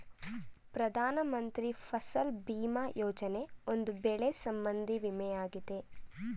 ಪ್ರಧಾನ ಮಂತ್ರಿ ಫಸಲ್ ಭೀಮಾ ಯೋಜನೆ, ಒಂದು ಬೆಳೆ ಸಂಬಂಧಿ ವಿಮೆಯಾಗಿದೆ